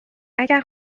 اگر